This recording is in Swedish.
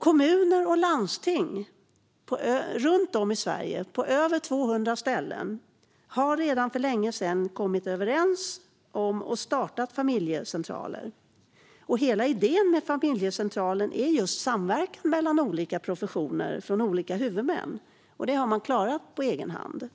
Kommuner och landsting runt om i Sverige, på över 200 ställen, har redan för länge sedan kommit överens och startat familjecentraler. Hela idén med familjecentraler är just samverkan mellan olika professioner från olika huvudmän. Det har man klarat på egen hand.